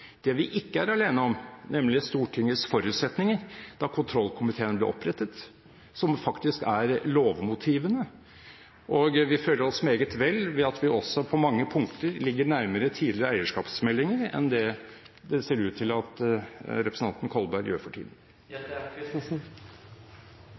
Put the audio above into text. det vi ikke er alene om, nemlig Stortingets forutsetninger da kontrollkomiteen ble opprettet, som faktisk er lovmotivene, og vi føler oss meget vel med at vi også på mange punkter ligger nærmere tidligere eierskapsmeldinger enn det det ser ut til at representanten Kolberg gjør for tiden.